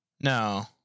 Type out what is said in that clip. No